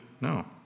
No